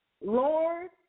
Lord